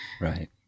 Right